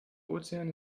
ozean